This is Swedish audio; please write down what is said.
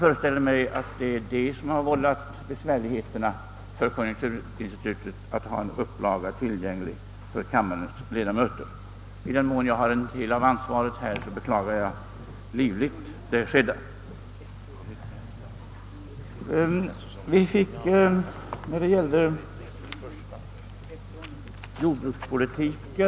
Det kan vara detta som vållat svårigheter för konjunkturinstitutet att få fram en upplaga av sin rapport åt kammarens ledamöter. I den mån ansvaret härför är mitt, beklagar jag livligt att rapporten uteblivit.